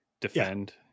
defend